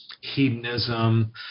hedonism